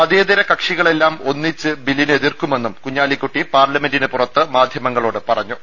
മതേതര കക്ഷികളെല്ലാം ഒന്നിച്ച് ബില്ലിനെ എതിർക്കുമെന്നും കുഞ്ഞാലിക്കുട്ടി പാർലമെന്റിന് പുറത്ത് മാധ്യമങ്ങളോട് പറഞ്ഞു